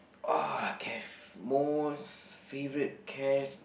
ah caf~ most favorite ca~